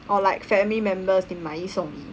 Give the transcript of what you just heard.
or like family members 你买一送一